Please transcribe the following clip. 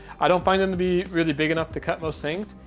i don't find them to be really big enough to cut most things,